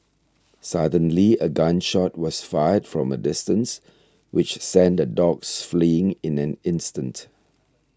suddenly a gun shot was fired from a distance which sent the dogs fleeing in an instant